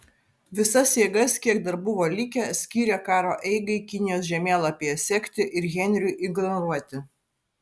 visas jėgas kiek dar buvo likę skyrė karo eigai kinijos žemėlapyje sekti ir henriui ignoruoti